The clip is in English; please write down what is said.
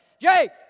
Jake